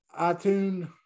iTunes